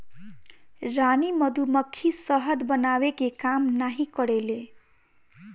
रानी मधुमक्खी शहद बनावे के काम नाही करेले